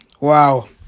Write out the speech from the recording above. wow